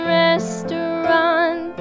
restaurant